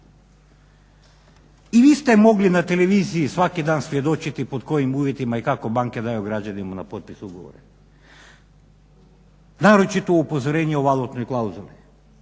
I vi ste mogli na televiziji svaki dan svjedočiti pod kojim uvjetima i kako banke daju građanima na potpis ugovore, naročito upozorenje u valutnoj klauzuli